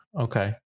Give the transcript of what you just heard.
Okay